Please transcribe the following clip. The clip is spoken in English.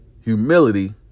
humility